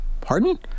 pardon